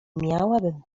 miałabym